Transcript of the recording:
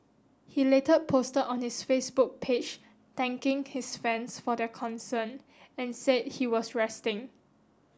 he later posted on his Facebook page thanking his fans for their concern and said he was resting